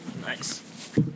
Nice